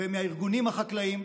ומהארגונים החקלאיים.